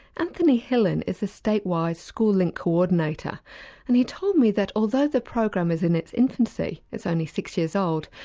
anthony hillin is a state-wide school link coordinator and he told me that although the program is in its infancy, it's only six years old,